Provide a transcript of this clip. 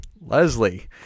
Leslie